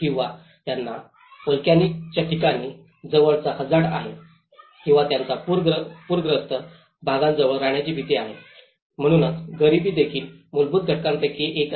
किंवा त्यांचा वोलकॅनिकच्या ठिकाणी जवळचा हझार्ड आहे किंवा त्यांचा पूर पूरग्रस्त भागांजवळ राहण्याची भीती आहे म्हणूनच गरिबी देखील मूलभूत घटकांपैकी एक आहे